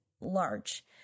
large